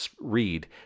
read